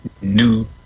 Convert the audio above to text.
new